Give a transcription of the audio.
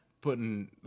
putting